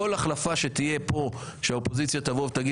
כל החלפה שתהיה פה ושהאופוזיציה תגיד